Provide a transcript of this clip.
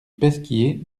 pesquier